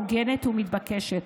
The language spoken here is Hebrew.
הוגנת ומתבקשת,